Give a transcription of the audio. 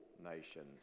nations